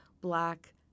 black